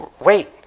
Wait